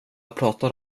pratar